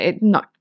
No